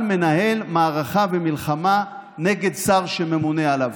מנהל מערכה ומלחמה נגד שר שממונה עליו,